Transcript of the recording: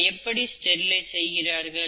அதை எப்படி ஸ்டெரிலைஸ் செய்கிறார்கள்